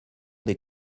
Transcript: des